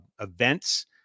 events